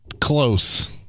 close